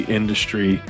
industry